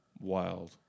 wild